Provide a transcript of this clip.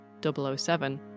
007